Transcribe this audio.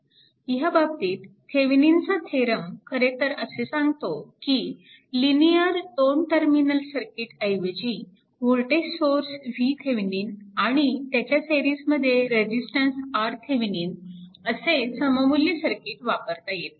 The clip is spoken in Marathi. ह्या बाबतीत थेविनीनचा थेरम Thevenin's theorem खरेतर असे सांगतो की लिनिअर 2 टर्मिनल सर्किट ऐवजी वोल्टेज सोर्स VThevenin आणि त्याच्या सिरीजमध्ये रेजिस्टन्स RThevenin असे सममुल्य सर्किट वापरता येते